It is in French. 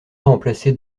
remplacé